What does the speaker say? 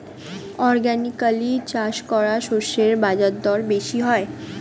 organically চাষ করা শস্যের বাজারদর বেশি হয়